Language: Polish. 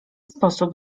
sposób